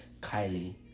Kylie